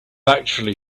actually